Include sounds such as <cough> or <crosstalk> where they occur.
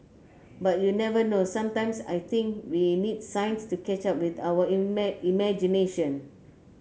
but you never know sometimes I think we need science to catch up with our <unintelligible> imagination